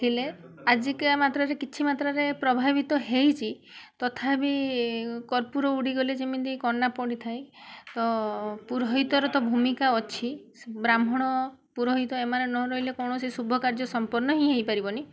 ହେଲେ ଆଜିକା ମାତ୍ରାରେ କିଛି ମାତ୍ରାରେ ପ୍ରଭାବିତ ହେଇଛି ତଥାପି କର୍ପୂର ଉଡ଼ିଗଲେ ଯେମିତି କନା ପଡ଼ିଥାଏ ତ ପୁରୋହିତର ତ ଭୂମିକା ଅଛି ବ୍ରାହ୍ମଣ ପୁରୋହିତ ଏମାନେ ନ ରହିଲେ କୌଣସି ଶୁଭକାର୍ଯ୍ୟ ସମ୍ପର୍ଣ ହିଁ ହେଇପାରିବନି